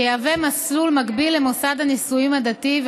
שיהיה מסלול מקביל למוסד הנישואין הדתי,